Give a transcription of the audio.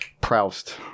Proust